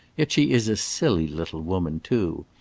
yet she is a silly little woman, too.